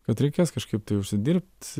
kad reikės kažkaip tai užsidirbt